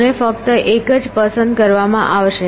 અને ફક્ત એક જ પસંદ કરવામાં આવશે